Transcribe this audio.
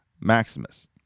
Maximus